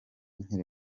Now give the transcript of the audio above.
nkiri